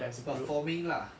performing lah